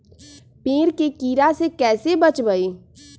पेड़ के कीड़ा से कैसे बचबई?